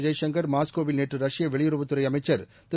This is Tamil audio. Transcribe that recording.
ஜெய்சங்கர் மாஸ்கோவில் நேற்று ரஷ்ய வெளியுறவுத் துறை அமைச்சர் திரு